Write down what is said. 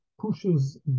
pushes